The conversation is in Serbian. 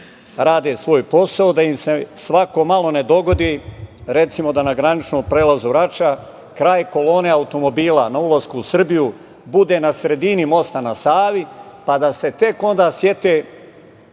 rade svoj posao, da im se svako malo ne dogodi, recimo, da na graničnom prelazu Rača kraj kolone automobila na ulasku u Srbiju bude na sredini mosta na Savi, pa da se tek onda sete